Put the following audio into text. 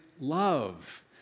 love